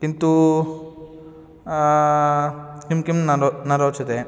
किन्तु किं किं नरः न रोचते